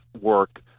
work